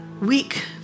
week